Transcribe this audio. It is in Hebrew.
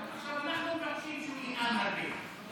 עכשיו אנחנו מבקשים שהוא ינאם הרבה.